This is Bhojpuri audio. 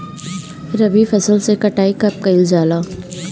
रबी फसल मे कटाई कब कइल जाला?